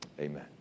amen